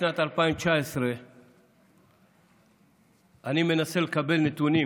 משנת 2019 אני מנסה לקבל נתונים